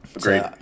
great